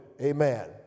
Amen